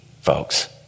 folks